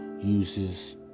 uses